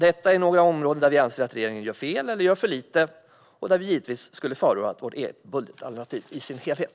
Detta är några områden där vi anser att regeringen gör fel eller för lite och där vi givetvis skulle ha förordat vårt eget budgetalternativ i sin helhet.